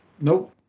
Nope